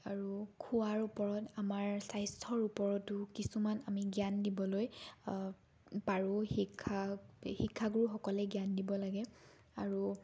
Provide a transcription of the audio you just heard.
আৰু খোৱাৰ ওপৰত আমাৰ স্বাস্থ্যৰ ওপৰতো কিছুমান আমি জ্ঞান দিবলৈ পাৰোঁ শিক্ষা শিক্ষাগুৰুসকলে জ্ঞান দিব লাগে আৰু